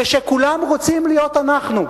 זה שכולם רוצים להיות אנחנו,